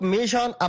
Mission